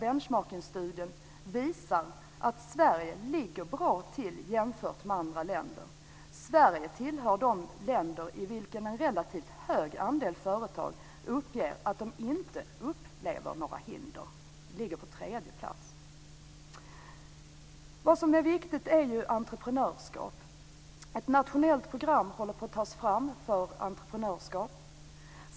Men man ska också veta att Sverige ligger bra till jämfört med andra länder, som benchmarking-studien visar. Sverige tillhör de länder i vilka en relativt hög andel företag uppger att de inte upplever några hinder. Vi ligger på tredje plats. Vad som är viktigt är entreprenörskap. Ett nationellt program håller på att tas fram för entreprenörskap.